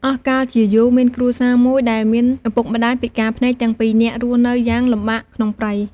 អស់កាលជាយូរ មានគ្រួសារមួយដែលមានឪពុកម្ដាយពិការភ្នែកទាំងពីរនាក់ រស់នៅយ៉ាងលំបាកក្នុងព្រៃ។